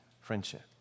friendship